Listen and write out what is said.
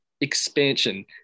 expansion